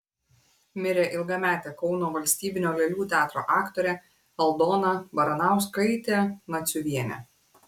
mirė ilgametė kauno valstybinio lėlių teatro aktorė aldona baranauskaitė naciuvienė